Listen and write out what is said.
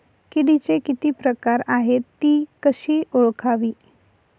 किडीचे किती प्रकार आहेत? ति कशी ओळखावी?